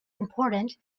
important